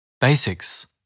Basics